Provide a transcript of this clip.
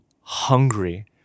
hungry